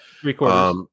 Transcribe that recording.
Three-quarters